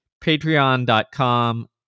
patreon.com